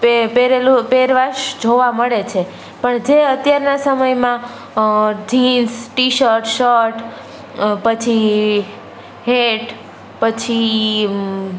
તે પહરેલું પેહરવેશ જોવા મળે છે પણ જે અત્યારના સમયમાં જીન્સ ટી શર્ટ શર્ટ પછી હેટ પછી